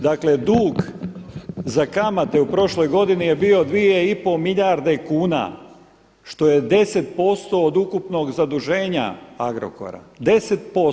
Dakle, dug za kamate u prošloj godini je bio 2 i pol milijarde kuna što je 10% od ukupnog zaduženja Agrokora, 10%